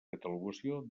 catalogació